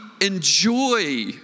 enjoy